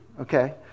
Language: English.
okay